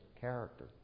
character